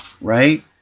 right